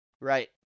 Right